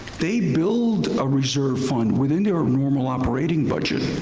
they build a reserve fund within their ah normal operating budget.